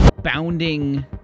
Bounding